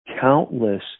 countless